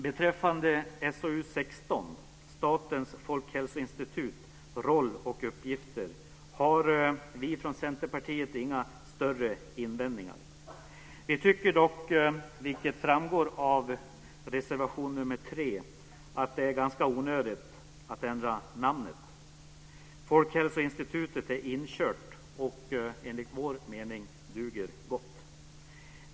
Beträffande SoU16, Statens folkhälsoinstitut - roll och uppgifter, har vi från Centerpartiet inga större invändningar. Vi tycker dock, vilket framgår av reservation nr 3, att det är ganska onödigt att ändra namnet. Folkhälsoinstitutet är inkört och duger gott enligt vår mening.